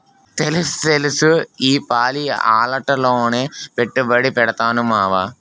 తెలుస్తెలుసు ఈపాలి అలాటాట్లోనే పెట్టుబడి పెడతాను మావా